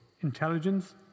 Intelligence